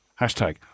Hashtag